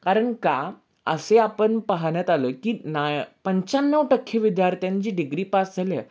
कारण का असे आपण पाहण्यात आलं की ना पंच्याण्णव टक्के विद्यार्थ्यांची डिग्री पास झाली आहे